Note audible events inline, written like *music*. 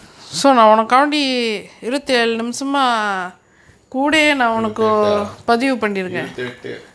*noise* இருவத்தெட்டா இருவத்தெட்டு:iruvathettaa iruvathettu